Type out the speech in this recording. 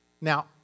Now